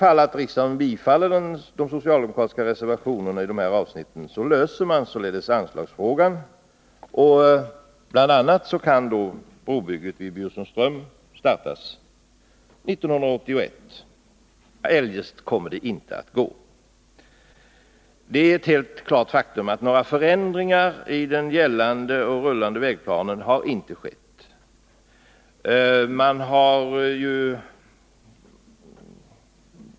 Om riksdagen bifaller de socialdemokratiska reservationerna i dessa avsnitt, löser man således anslagsfrågan. Då kan bl.a. brobygget vid Bjursunds ström startas 1981 — eljest kommer det inte att gå. Det är ett klart faktum att några förändringar i den gällande och rullande vägplanen inte har skett.